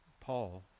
Paul